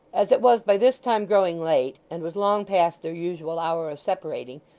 as it was by this time growing late, and was long past their usual hour of separating,